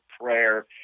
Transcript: prayer